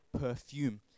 perfume